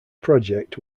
project